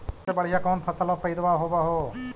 सबसे बढ़िया कौन फसलबा पइदबा होब हो?